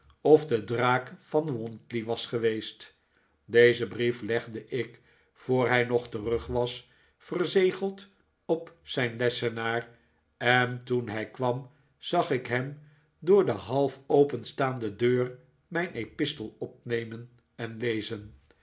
of de draak van wantley was geweest dezen brief legde ik voor hij nog terug was verzegeld op zijn lessenaar en toen hij kwam zag ik hem door de half openstaande deur mijn epistel opnemen en lezen